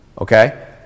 Okay